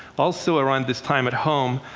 also around this time, at home,